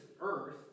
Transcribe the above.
Earth